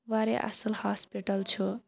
واریاہ اصل ہاسپٹل چھُ